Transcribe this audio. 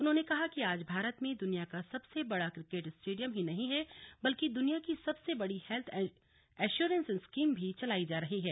उन्होंने कहा कि आज भारत में दुनिया का सबसे बड़ा क्रिकेट स्टेडियम ही नहीं है बल्कि दुनिया की सबसे बड़ी हेल्थ एश्योरेंस स्कीम भी चलाई जा रही रहा है